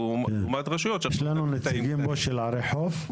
לעומת רשויות --- יש לנו פה נציגים של ערי חוף?